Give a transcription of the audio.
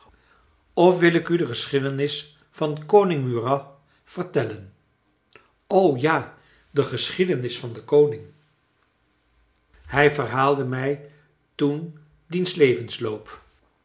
of wil ik u de geschiedenis van koning murat vertellen o ja de geschiedenis van den koning hij verhaalde mij toen diens levensloop